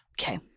Okay